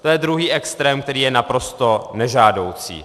To je druhý extrém, který je naprosto nežádoucí.